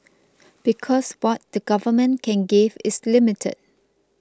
because what the government can give is limited